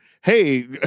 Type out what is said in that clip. hey